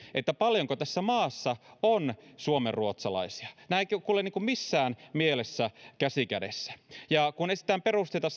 paljonko tässä maassa on suomenruotsalaisia nämä eivät kulje missään mielessä käsi kädessä kun esitetään perusteita